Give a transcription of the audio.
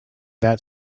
that